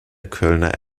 kölner